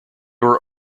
were